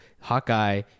Hawkeye